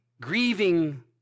grieving